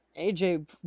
AJ